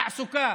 תעסוקה,